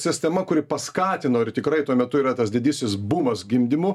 sistema kuri paskatino ir tikrai tuo metu yra tas didysis bumas gimdymų